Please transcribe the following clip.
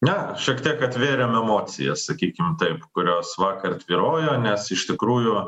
na šiek tiek atvėrėm emocijas sakykim taip kurios vakar tvyrojo nes iš tikrųjų